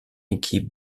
équipe